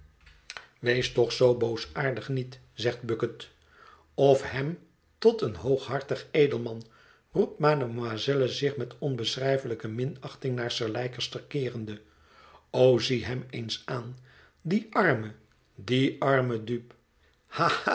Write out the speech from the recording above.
wees toch zoo boosaardig niet zegt bucket of hem tot een hooghartig edelman roept maderaoiselle zich met onbeschrijfelijke minachting naar sir leicester keerende o zie hem eens aan die arme die arme